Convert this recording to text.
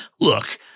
Look